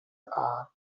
are